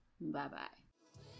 Bye-bye